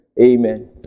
Amen